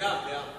מליאה.